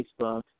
Facebook